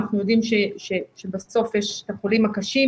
אנחנו יודעים שבסוף יש את החולים הקשים.